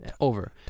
over